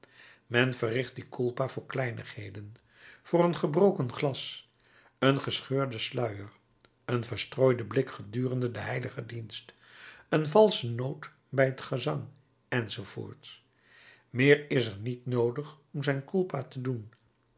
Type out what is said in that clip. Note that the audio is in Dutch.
men verricht die culpa voor kleinigheden voor een gebroken glas een gescheurden sluier een verstrooiden blik gedurende den heiligen dienst een valsche noot bij het gezang enz meer is er niet noodig om zijn culpa te doen